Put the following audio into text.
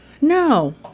No